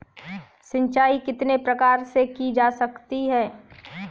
सिंचाई कितने प्रकार से की जा सकती है?